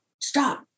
stop